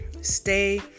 Stay